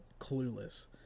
clueless